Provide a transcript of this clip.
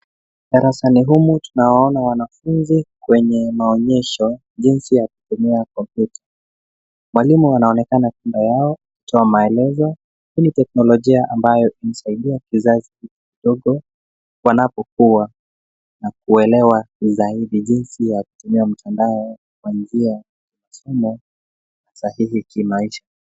Darasani humu tunawaona wanafunzi kwenye maonyesho ya kutumia kompyuta. Mwalimu anaonekana nyuma yao akitoa maelezo. Hii ni teknolojia ambayo inasaidia wasomaji wadogo wanapokua na kuelewa zaidi jinsi ya kutumia mitandao kwa njia iliyo sahihi kimaisha.